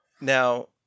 Now